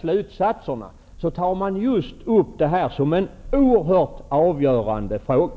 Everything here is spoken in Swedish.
slutsatserna tar man upp just det här som en oerhört avgörande fråga.